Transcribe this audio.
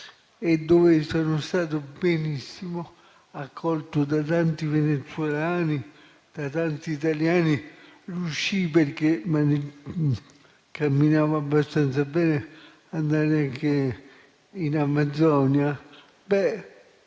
e dove sono stato accolto benissimo da tanti venezuelani e da tanti italiani. Riuscii, perché camminavo abbastanza bene, ad andare anche in Amazzonia.